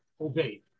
obey